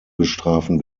bestrafen